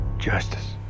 Justice